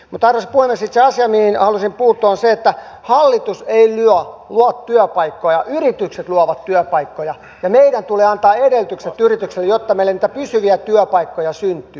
itse asia mihin halusin puuttua on se että hallitus ei luo työpaikkoja yritykset luovat työpaikkoja ja meidän tulee antaa edellytykset yrityksille jotta meille niitä pysyviä työpaikkoja syntyy